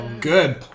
Good